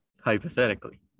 Hypothetically